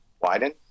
widen